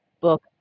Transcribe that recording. book